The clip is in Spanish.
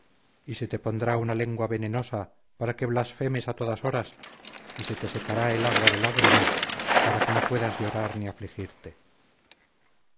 y se te pondrá una lengua venenosa para que blasfemes a todas horas y se te secará el agua de lágrimas para que no puedas llorar ni afligirte